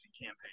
campaign